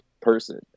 person